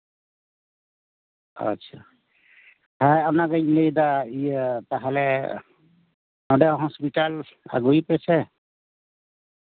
ᱟᱪᱪᱷᱟ ᱦᱮᱸ ᱚᱱᱟᱜᱤᱧ ᱞᱟᱹᱭᱮᱫᱟ ᱤᱭᱟᱹ ᱛᱟᱦᱚᱞᱮ ᱱᱚᱸᱰᱮ ᱦᱚᱥᱯᱤᱴᱟᱞ ᱟᱹᱜᱩᱭᱮᱯᱮᱥᱮ